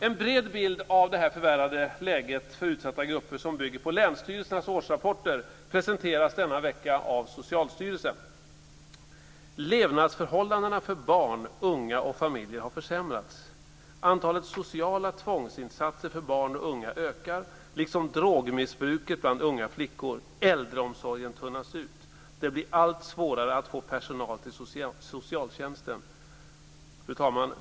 En bred bild av det förvärrade läget för utsatta grupper, som bygger på länsstyrelsernas årsrapporter, presenteras denna vecka av Socialstyrelsen: "Levnadsförhållandena för barn, unga och familjer har försämrats. Antalet sociala tvångsinsatser för barn och unga ökar, liksom drogmissbruket bland unga flickor. Äldreomsorgen tunnas ut. Det blir allt svårare att få personal till socialtjänsten." Fru talman!